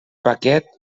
paquet